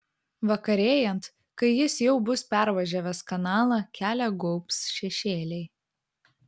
vakarėjant kai jis jau bus pervažiavęs kanalą kelią gaubs šešėliai